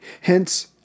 Hence